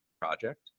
project